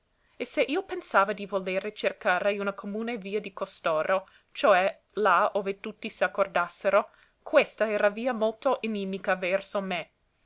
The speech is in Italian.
e se io pensava di volere cercare una comune via di costoro cioè là ove tutti s'accordassero questa era via molto inimica verso me